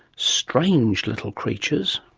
strange little creatures.